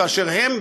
ואשר הם,